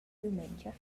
dumengia